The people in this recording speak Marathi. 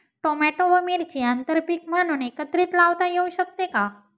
टोमॅटो व मिरची आंतरपीक म्हणून एकत्रित लावता येऊ शकते का?